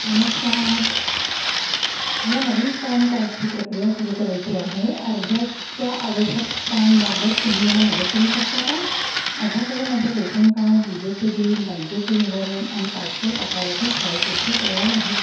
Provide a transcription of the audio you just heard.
नमस्कार मला नवीन पॅन कार्डची प्रक्रिया सुरू करायची आहे अर्जाच्या आवश्यकतांबाबत तुम्ही मला मदत करू शकता का माझ्याकडे माझे रेशन कार्ड विजेचे बिल बँकेचे विवरण आणि पासपोर्ट आकाराचे छायाचित्र तयार आहेत